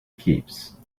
keeps